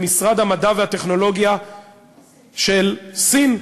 במשרד המדע והטכנולוגיה של סין,